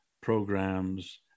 programs